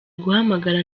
guhamagara